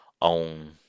on